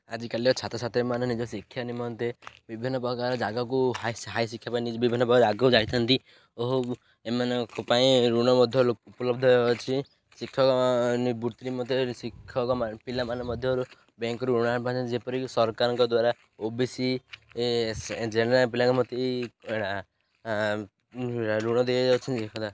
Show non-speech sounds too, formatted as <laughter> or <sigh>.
ଆଜିକାଲିର ଛାତ୍ରଛାତ୍ରୀମାନେ ନିଜ ଶିକ୍ଷା ନିମନ୍ତେ ବିଭିନ୍ନପ୍ରକାର ଜାଗାକୁ ହାଇ ହାଇ ଶିକ୍ଷା ପାଇଁ ବିଭିନ୍ନପ୍ରକାର ଆଗକୁ ଯାଇଥାନ୍ତି ଓ ଏମାନଙ୍କ ପାଇଁ ଋଣ ମଧ୍ୟ ଉପଲବ୍ଧ ଅଛି ଶିକ୍ଷକ ବୃତ୍ତି ମଧ୍ୟ ଶିକ୍ଷକ ପିଲାମାନେ ମଧ୍ୟରୁ ବ୍ୟାଙ୍କ୍ରୁ ଋଣ ଆଣି ପାରନ୍ତି ଯେପରିକି ସରକାରଙ୍କ ଦ୍ୱାରା ଓ ବି ସି ଜେନେରାଲ୍ ପିଲାଙ୍କ ଋଣ ଦିଆଯାଉଛନ୍ତି <unintelligible>